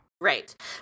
Right